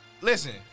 listen